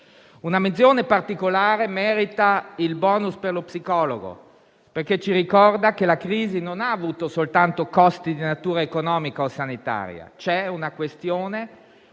Una menzione particolare merita il *bonus* per lo psicologo, perché ci ricorda che la crisi non ha avuto soltanto costi di natura economica o sanitaria; c'è una questione